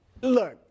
Look